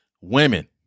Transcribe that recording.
women